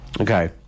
Okay